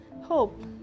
Hope